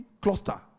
cluster